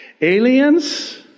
Aliens